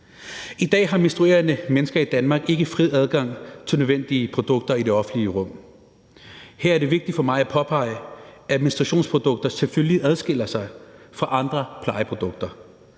I dag har menstruerende mennesker i Danmark ikke fri adgang til nødvendige produkter i det offentlige rum. Her er det vigtigt for mig at påpege, at menstruationsprodukter selvfølgelig adskiller sig fra andre plejeprodukter,